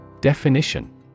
Definition